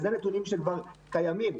ואלה נתונים שכבר קיימים.